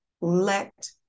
let